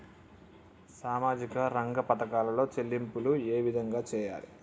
సామాజిక రంగ పథకాలలో చెల్లింపులు ఏ విధంగా చేయాలి?